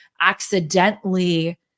accidentally